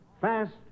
fast